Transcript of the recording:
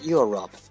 Europe